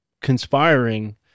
conspiring